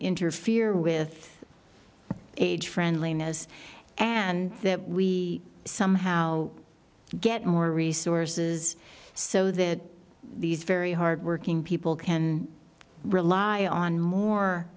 interfere with age friendliness and that we somehow get more resources so that these very hard working people can rely on more